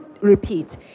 repeat